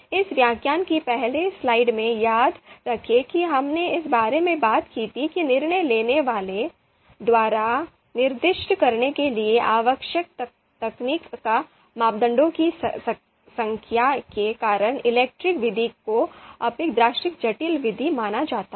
इस व्याख्यान की पहली स्लाइड में याद रखें कि हमने इस बारे में बात की थी कि निर्णय लेने वालों द्वारा निर्दिष्ट करने के लिए आवश्यक तकनीकी मापदंडों की संख्या के कारण ELECTRE विधि को अपेक्षाकृत जटिल विधि माना जाता है